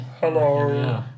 Hello